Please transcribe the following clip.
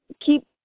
keep